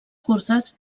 curses